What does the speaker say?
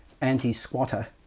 anti-squatter